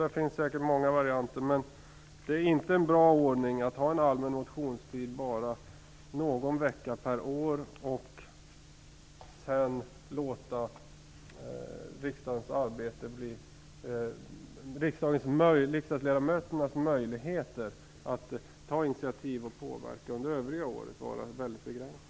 Man kan säkert tänka sig många varianter, men det är inte en bra ordning att ha en allmän motionstid bara någon vecka per år och sedan låta riksdagsledamöternas möjligheter att ta initiativ och påverka under övriga året vara väldigt begränsade.